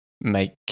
make